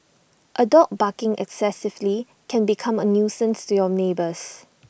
A dog barking excessively can become A nuisance to your neighbours